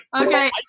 okay